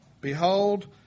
Behold